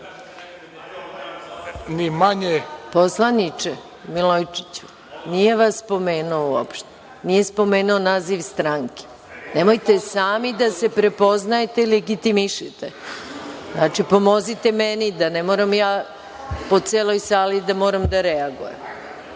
Poslaniče Milojičiću, nije vas spomenuo uopšte, nije spomenuo naziv stranke. Nemojte sami da se prepoznajete i legitimišete. Znači, pomozite meni, da ne moram ja po celoj sali da moram da reagujem.